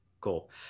cool